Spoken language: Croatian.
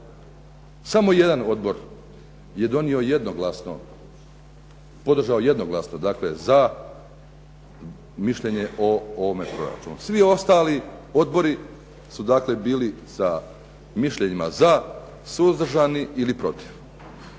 Samo jedan odbor je donio jednoglasno, podržao jednoglasno, dakle za mišljenje o ovome proračunu. Svi ostali odbori su dakle bili sa mišljenjima za, suzdržani ili protiv.